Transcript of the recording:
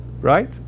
right